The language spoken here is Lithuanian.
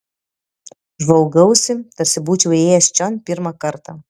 žvalgausi tarsi būčiau įėjęs čion pirmą kartą